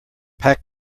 pack